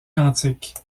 cantiques